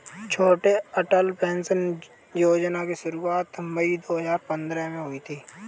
छोटू Atal pension Yojana की शुरुआत मई दो हज़ार पंद्रह में हुई थी